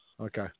okay